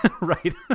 Right